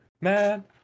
man